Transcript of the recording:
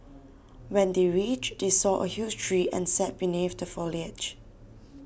when they reached they saw a huge tree and sat beneath the foliage